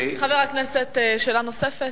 חבר הכנסת, שאלה נוספת.